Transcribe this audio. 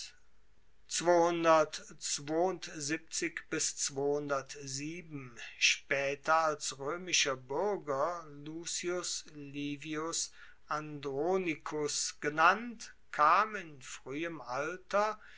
spaeter als roemischer buerger lucius livius andronicus genannt kam in fruehem alter